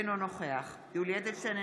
אינו נוכח יולי יואל אדלשטיין,